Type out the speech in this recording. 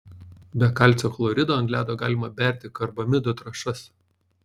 be kalcio chlorido ant ledo galima berti karbamido trąšas